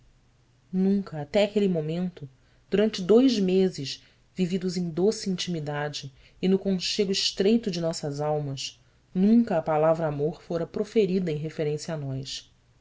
nunca até aquele momento durante dois meses vividos em doce intimidade e no conchego estreito de nossas almas nunca a palavra amor fora proferida em referência a nós